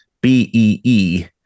BEE